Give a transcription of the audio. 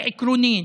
היא עקרונית,